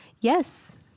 Yes